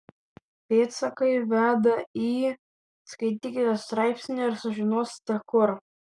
pėdsakai veda į skaitykite straipsnį ir sužinosite kur